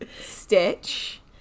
stitch